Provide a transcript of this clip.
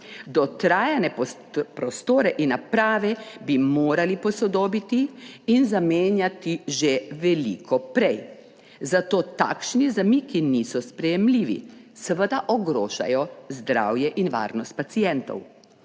Dotrajane prostore in naprave bi morali posodobiti in zamenjati že veliko prej, zato takšni zamiki niso sprejemljivi. Seveda ogrožajo zdravje in varnost pacientov.